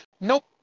Nope